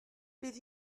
bydd